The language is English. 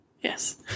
Yes